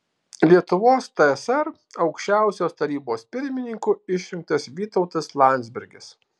lietuvos tsr aukščiausiosios tarybos pirmininku išrinktas vytautas landsbergis